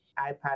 ipad